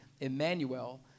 Emmanuel